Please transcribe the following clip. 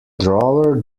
drawer